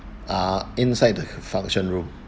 ah inside the function room